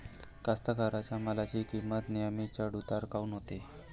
कास्तकाराइच्या मालाची किंमत नेहमी चढ उतार काऊन होते?